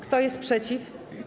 Kto jest przeciw?